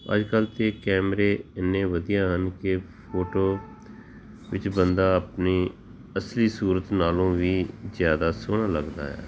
ਅੱਜ ਕੱਲ ਤਾਂ ਕੈਮਰੇ ਐਨੇ ਵਧੀਆ ਹਨ ਕਿ ਫੋਟੋ ਵਿੱਚ ਬੰਦਾ ਆਪਣੀ ਅਸਲੀ ਸੂਰਤ ਨਾਲੋਂ ਵੀ ਜ਼ਿਆਦਾ ਸੋਹਣਾ ਲੱਗਦਾ ਹੈ